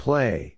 Play